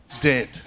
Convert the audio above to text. dead